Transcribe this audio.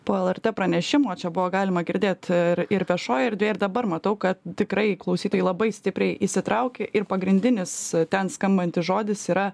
po lrt pranešimo čia buvo galima girdėt ir ir viešoj erdvėj ir dabar matau kad tikrai klausytojai labai stipriai įsitrauki ir pagrindinis ten skambantis žodis yra